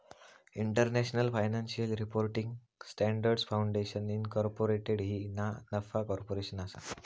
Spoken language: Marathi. international financial reporting standards foundation incorporated ही ना नफा कॉर्पोरेशन असा